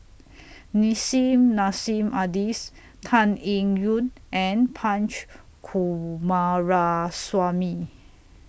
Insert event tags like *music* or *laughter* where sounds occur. *noise* Nissim Nassim Adis Tan Eng Yoon and Punch Coomaraswamy